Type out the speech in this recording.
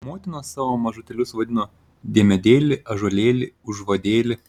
motinos savo mažutėlius vadino diemedėli ąžuolėli užvadėli